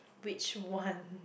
which one